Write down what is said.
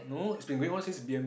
no it's been going on since B_M